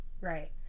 Right